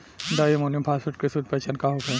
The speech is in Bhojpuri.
डाई अमोनियम फास्फेट के शुद्ध पहचान का होखे?